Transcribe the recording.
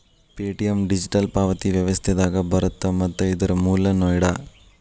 Paytm digital ಪಾವತಿ ವ್ಯವಸ್ಥೆದಾಗ ಬರತ್ತ ಮತ್ತ ಇದರ್ ಮೂಲ ನೋಯ್ಡಾ